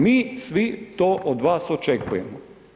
Mi svi to od vas očekujemo.